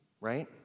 right